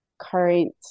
current